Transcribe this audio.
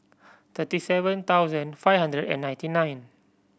thirty seven thousand five hundred and ninety nine